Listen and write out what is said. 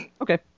Okay